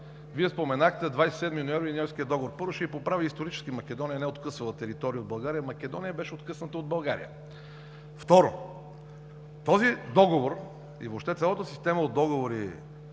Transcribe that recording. Вие споменахте 27 ноември – Ньойският договор. Първо, ще Ви поправя исторически – Македония не е откъсвала територии от България, Македония беше откъсната от България. Второ, този договор и въобще цялата система от договори